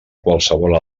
qualsevol